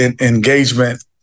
engagement